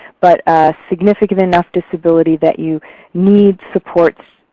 but a significant enough disability that you need supports,